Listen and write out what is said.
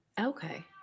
Okay